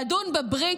לדון בברית